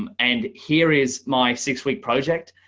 um and here is my six week project,